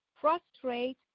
frustrate